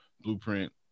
blueprint